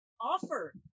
offer